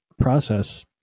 process